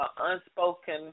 unspoken